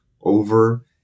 over